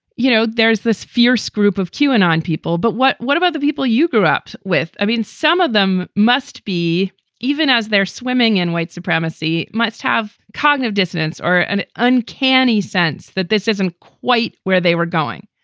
you know, there's this fierce group of q and on people. but what what about the people you grew up with? with? i mean, some of them must be even as they're swimming in white supremacy, must have cognitive dissonance or an uncanny sense that this isn't quite where they were going.